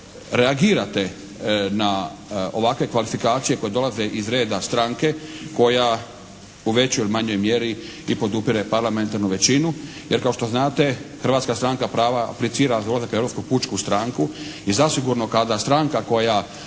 kako vi reagirate na ovakve kvalifikacije koje dolaze iz reda stranke koja u većoj ili manjoj mjeri i podupire parlamentarnu većinu,